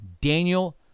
Daniel